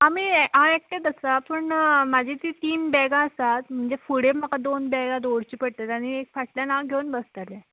आमी हांव एकटेंत आसा पूण म्हजी तीं तीन बॅगां आसात म्हणजे फुडें म्हाका दोन बॅगां दवरची पडटलीं आनी एक फाटल्यान हांव एक घेवन बसतलें